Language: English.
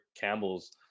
Campbell's